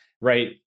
right